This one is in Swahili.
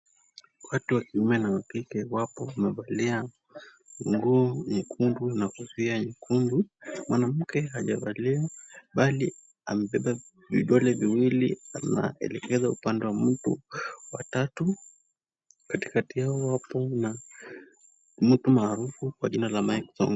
Watu wa kiume na wa kike wapo wamevalia nguo nyekundu na kofia nyekundu. Mwanamke hajavalia bali amebeba vyedwali viwili vilivyolekezwa upande wa mtu wa tatu. Katikakati yao kuna mtu maarufu kwa kina la Mike Sonko.